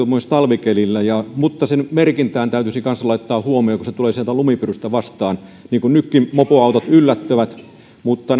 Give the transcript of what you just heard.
myös talvikelillä mutta sen merkintään täytyisi kanssa laittaa huomiota kun se tulee sieltä lumipyrystä vastaan nytkin mopoautot yllättävät mutta